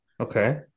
Okay